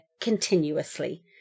continuously